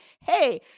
Hey